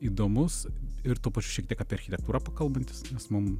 įdomus ir tuo pačiu šiek tiek apie architektūrą pakalbantis nes mum